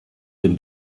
dem